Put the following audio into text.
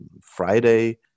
Friday